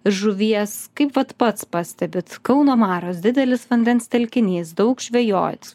žuvies kaip vat pats pastebit kauno marios didelis vandens telkinys daug žvejot